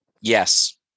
Yes